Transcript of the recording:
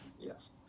Yes